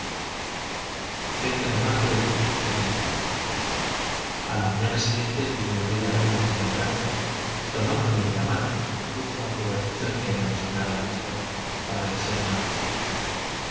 de marzo de a la mañana siguiente vino el rey a verme muy temprano y tomándome de la mano me condujo al cobertizo en que habíamos cenado la víspera para desayunarnos juntos